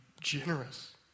generous